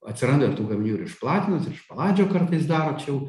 atsiranda ir tų gaminių ir iš platinos ir iš paladžio kartais daro čia jau